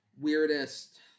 weirdest